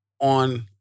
on